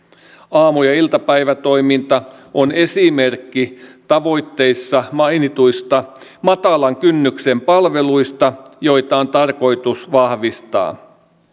aamu ja iltapäivätoiminta on esimerkki tavoitteissa mainituista matalan kynnyksen palveluista joita on tarkoitus vahvistaa